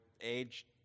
age